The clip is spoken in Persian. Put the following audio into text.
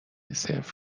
صفر